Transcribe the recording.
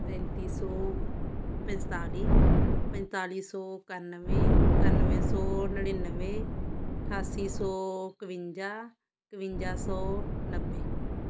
ਪੈਂਤੀ ਸੌ ਪੰਜਤਾਲੀ ਪੰਤਾਲੀ ਸੌ ਇਕਾਨਵੇਂ ਇਕਾਨਵੇਂ ਸੌ ਨੜਿਨਵੇਂ ਅਠਾਸੀ ਸੌ ਕਵਿੰਜਾ ਕਵਿੰਜਾ ਸੌ ਨੱਬੇ